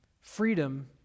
Freedom